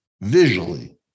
visually